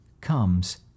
comes